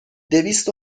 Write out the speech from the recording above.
دویست